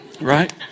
Right